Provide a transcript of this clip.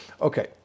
Okay